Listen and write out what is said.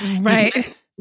Right